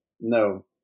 No